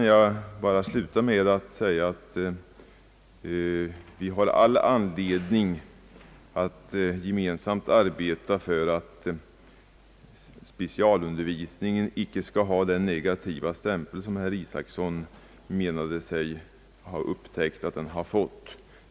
Jag vill sluta med att säga att vi har all anledning att gemensamt arbeta för att specialundervisningen icke skail ha den negativa stämpel som herr Isacson menade sig ha upptäckt att den har fått.